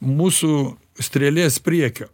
mūsų strėlės priekio